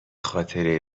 خاطره